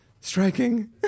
striking